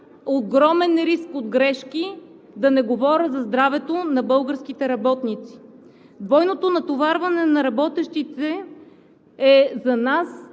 огромен риск от грешки, да не говоря за здравето на българските работници. Двойното натоварване на работещите за нас